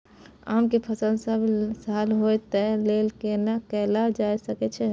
आम के फसल सब साल होय तै लेल की कैल जा सकै छै?